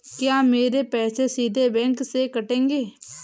क्या मेरे पैसे सीधे बैंक से कटेंगे?